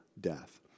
death